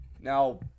now